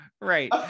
right